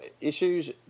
issues